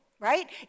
right